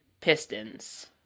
Pistons